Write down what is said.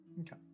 okay